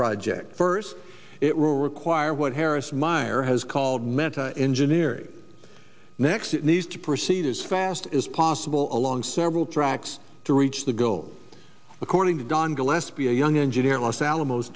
project first it will require what harris meyer has called mehta engineering next it needs to proceed as fast as possible along several tracks to reach the goal according to don gillespie a young engineer in los alamos